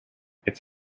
its